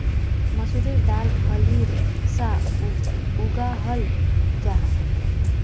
मसूरेर दाल फलीर सा उगाहल जाहा